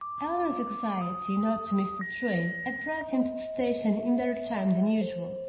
allan's anxiety not to miss the train had brought him to the station in better time than usual.